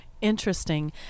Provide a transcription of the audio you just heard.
interesting